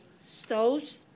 stoves